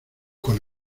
con